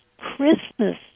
Christmas